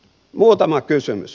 muutama kysymys